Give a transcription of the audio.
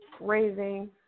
raising